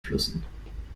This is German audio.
flüssen